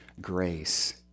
grace